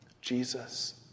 Jesus